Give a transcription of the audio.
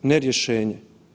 Ne rješenje.